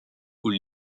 aux